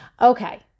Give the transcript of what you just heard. Okay